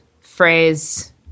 phrase